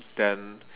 then